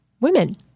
women